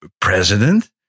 president